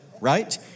right